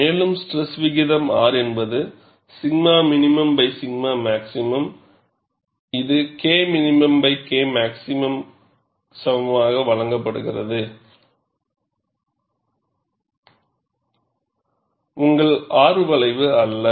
மேலும் ஸ்ட்ரெஸ் விகிதம் R என்பது 𝛔 min 𝛔max இது K min Kmax சமமாக வழங்கப்படுகிறது இது உங்கள் R வளைவு அல்ல